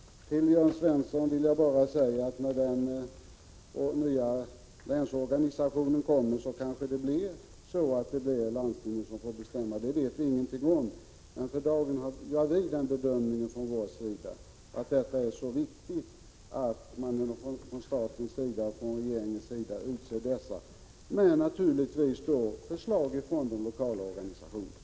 Till Jörn Svensson vill jag bara säga att när den nya länsorganisationen kommer till stånd kanske det blir så att landstingen får bestämma — det vet vi ingenting om. För dagen gör vi den bedömningen att det är viktigt att man från regeringens och statens sida skall utse ledamöterna, men naturligtvis på förslag från de lokala organisationerna.